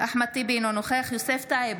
אחמד טיבי, אינו נוכח יוסף טייב,